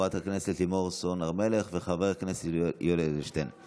חברת הכנסת לימור סון הר מלך וחבר הכנסת יולי יואל אדלשטיין.